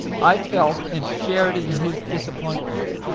i felt and shared in his disappointments,